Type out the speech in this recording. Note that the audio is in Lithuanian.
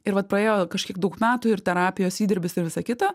ir vat praėjo kažkiek daug metų ir terapijos įdirbis ir visa kita